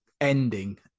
ending